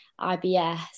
IBS